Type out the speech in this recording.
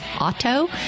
auto